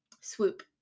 Swoop